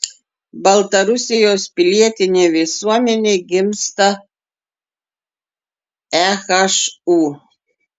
baltarusijos pilietinė visuomenė gimsta ehu